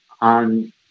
on